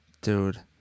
Dude